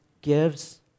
gives